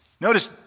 Notice